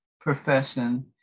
profession